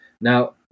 Now